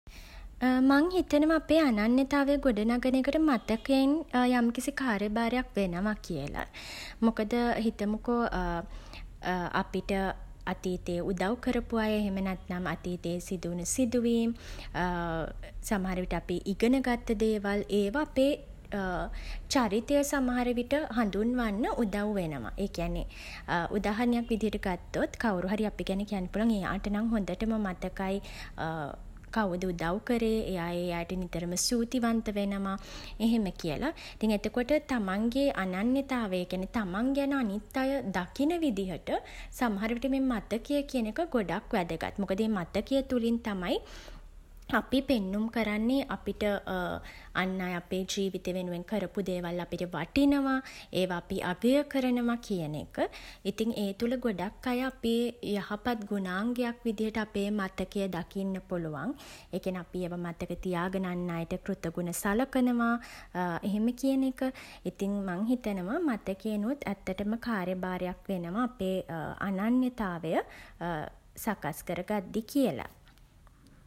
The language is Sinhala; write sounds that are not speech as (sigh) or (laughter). (hesitation) මං හිතනවා අපේ අනන්‍යතාවය ගොඩ නගන එකට මතකයෙන් (hesitation) යම්කිසි කාර්යභාරයක් වෙනවා කියල. මොකද (hesitation) හිතමුකෝ (hesitation) අපිට (hesitation) අතීතයේ උදව් කරපු අය (hesitation) එහෙම නැත්නම් (hesitation) අතීතයේ සිදු වුණ සිදුවීම් (hesitation) සමහර විට අපි ඉගෙන ගත්ත දේවල් (hesitation) ඒව අපේ (hesitation) චරිතය සමහර විට හඳුන්වන්න උදව් වෙනවා. ඒ කියන්නේ (hesitation) උදාහරණයක් විදිහට ගත්තොත් (hesitation) කව්රු හරි අපි ගැන කියන්න පුළුවන් එයාට නම් හොඳටම මතකයි (hesitation) කවුද උදව් කරේ (hesitation) එයා ඒ අයට නිතරම ස්තූතිවන්ත වෙනවා (hesitation) එහෙම කියලා. ඉතින් එතකොට තමන්ගේ අනන්‍යතාවය තමන් ගැන අනිත් අය දකින විදිහට (hesitation) සමහර විට මේ මතකය කියන එක ගොඩක් වැදගත්. මොකද ඒ මතකය තුළින් තමයි අපි (hesitation) පෙන්නුම් කරන්නේ අපිට (hesitation) අන් අය අපේ ජීවිත වෙනුවෙන් කරපු දේවල් අපිට වටිනවා (hesitation) ඒවා අපි අගය කරනවා කියන එක. ඉතින් ඒ තුළ ගොඩක් අය (hesitation) අපේ යහපත් ගුණාංගයක් විදිහට අපේ ඒ මතකය (hesitation) දකින්න පුළුවන්. ඒ කියන්නේ (hesitation) අපි ඒවා මතක තියාගෙන අන් අයට කෘතගුණ සලකනවා (hesitation) එහෙම කියන එක. ඉතින් මං හිතනවා මතකයෙනුත් (hesitation) ඇත්තටම කාර්යභාරයක් වෙනවා අපේ (hesitation) අනන්‍යතාවය (hesitation) සකස් කර ගද්දි කියලා.